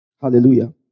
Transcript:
Hallelujah